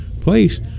place